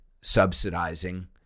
subsidizing